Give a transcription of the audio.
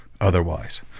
otherwise